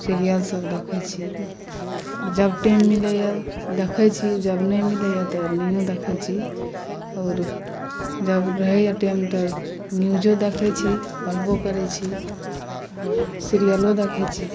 सीरियलसभ देखैत छी जब टाइम मिलैए देखैत छी जब नहि मिलैए तऽ नहिओ देखैत छी आओर जब रहैए टाइम तऽ न्यूजो देखैत छी पढ़बो करैत छी सीरियलो देखैत छी